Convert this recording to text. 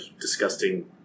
disgusting